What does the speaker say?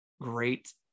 great